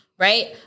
Right